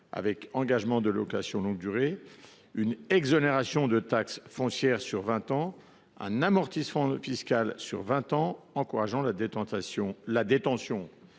avec engagement de location de longue durée, une exonération de taxe foncière sur vingt ans, un amortissement fiscal sur vingt ans, encourageant la détention